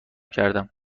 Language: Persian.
کردم